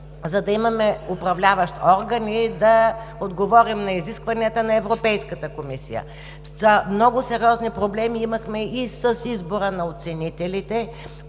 за да имаме Управляващ орган и да отговорим на изискванията на Европейската комисия . Много сериозни проблеми имахме и с избора на оценителите,